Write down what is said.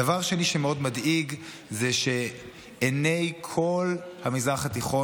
דבר שני שמאוד מדאיג הוא שעיני כל המזרח התיכון